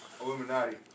Illuminati